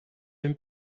même